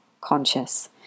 conscious